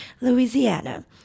Louisiana